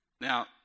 Now